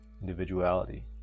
individuality